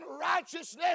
righteousness